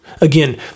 Again